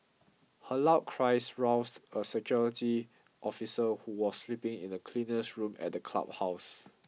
her loud cries roused a security officer who was sleeping in the cleaner's room at the clubhouse